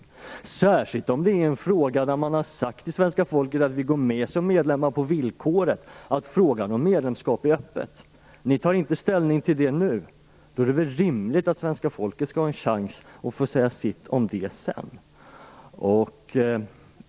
Det gäller särskilt i en fråga där man till svenska folket har sagt att vi går med som medlemmar på det villkoret att det hålls öppet i frågan om medlemskap i valutaunionen. Eftersom ni inte tar ställning till detta nu, är det väl rimligt att svenska folket får en chans att säga sitt om detta sedan.